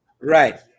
Right